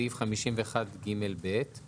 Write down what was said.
בסעיף 51ג(ב);